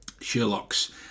Sherlock's